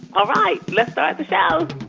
all right, let's start the show